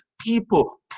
people